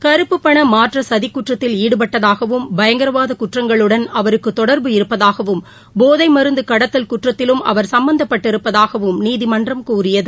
கருப்பு பண மாற்ற சதிக்குற்றத்தில் ஈடுபட்டதாகவும் பயங்கரவாத குற்றங்களுடன் அவருக்கு தொடர்பு இருப்பதாகவும் போதை மருந்து கடத்தல் குற்றத்திலும் அவர் சம்மந்தப்பட்டிருப்பதாகவும் நீதிமன்றம் கூறியது